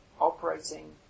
operating